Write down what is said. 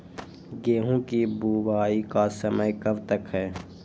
गेंहू की बुवाई का समय कब तक है?